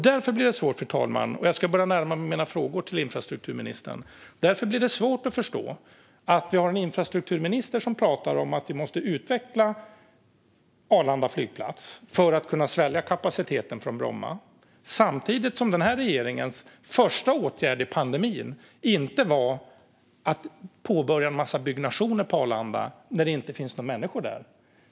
Därför är det svårt att förstå - och jag ska börja närma mig mina frågor till infrastrukturministern, fru talman - att infrastrukturministern pratar om att vi måste utveckla Arlanda flygplats för att den ska kunna svälja kapaciteten från Bromma samtidigt som den här regeringens första åtgärd i pandemin inte var att påbörja en massa byggnationer på Arlanda när det inte fanns några människor där.